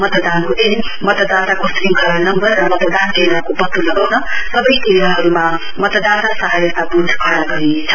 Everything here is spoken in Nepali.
मतदानको दिन मतदाताको श्रङक्ला नम्वर र मतदान केन्द्रको पत्तो लगाउन सवै केन्द्रहरुमा मतदाता सहायता वूथ खड़ा गरिनेछ